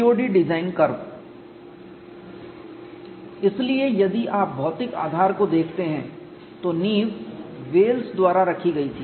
COD design curve इसलिए यदि आप भौतिक आधार को देखते हैं तो नींव वेल्स द्वारा रखी गई थी